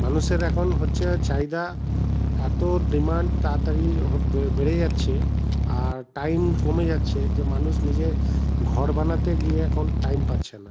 মানুষের এখন হচ্ছে চাহিদা এত ডিমান্ড তাড়াতাড়ি বেড়ে যাচ্ছে আর টাইম কমে যাচ্ছে যে মানুষ নিজের ঘর বানাতে গিয়ে এখন টাইম পাচ্ছে না